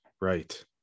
right